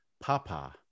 papa